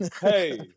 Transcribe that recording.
Hey